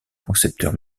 concepteur